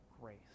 grace